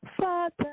Father